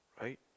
right